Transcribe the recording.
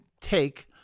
Take